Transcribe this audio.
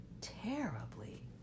terribly